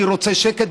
אני רוצה שקט,